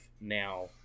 now